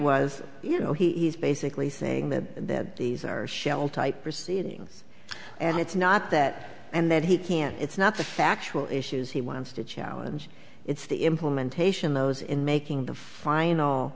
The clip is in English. was you know he's basically saying that these are shell type proceedings and it's not that and that he can't it's not the factual issues he wants to challenge it's the implementation those in making the final